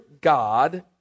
God